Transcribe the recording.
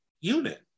unit